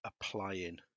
applying